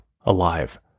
alive